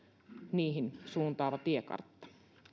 niihin suuntaava tiekartta